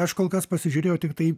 aš kol kas pasižiūrėjau tiktai